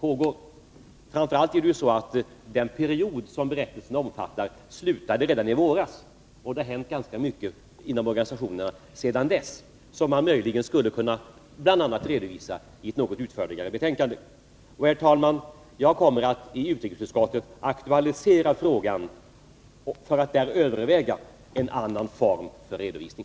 Den period som den nu aktuella berättelsen omfattar slutade redan i våras, och det har hänt ganska mycket inom organisationerna sedan dess, som man skulle kunna redovisa i ett något utförligare betänkande. Herr talman! Jag kommer att i utrikesutskottet aktualisera frågan om att överväga en annan form för redovisning.